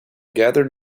gathered